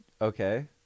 okay